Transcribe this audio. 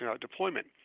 deployment